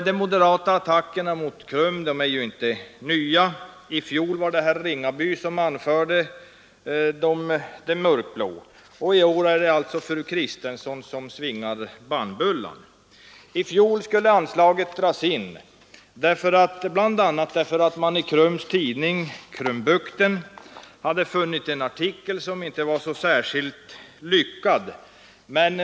De moderata attackerna mot KRUM är inte nya. I fjol var det herr Ringaby som anförde de mörkblå. I år är det alltså fru Kristensson som står för bannbullan. I fjol skulle anslaget dras in, bl.a. därför att man i KRUM:s tidning Krumbukten hade funnit en artikel som kanske inte var så lyckad.